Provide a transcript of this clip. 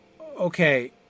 okay